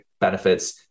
benefits